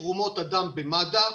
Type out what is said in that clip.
בתרומות הדם במד"א.